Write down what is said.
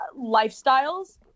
lifestyles